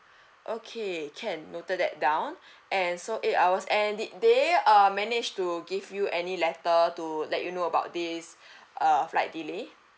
okay can noted that down and so eight hours and did they uh manage to give you any letter to let you know about this err flight delay